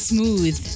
Smooth